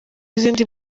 izindi